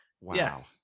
wow